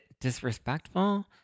disrespectful